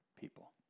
people